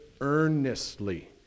earnestly